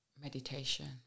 Meditation